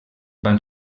van